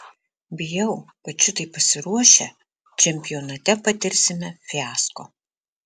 bijau kad šitaip pasiruošę čempionate patirsime fiasko